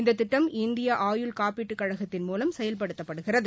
இந்ததிட்டம் இந்திய ஆயுள் காப்பீட்டுக் கழகத்தின் மூலம் செயல்படுத்தப்படுகிறது